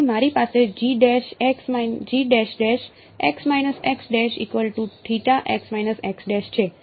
તેથી મારી પાસે છે